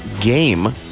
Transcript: game